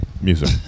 Music